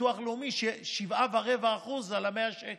ביטוח לאומי 7.25% על 100 השקלים,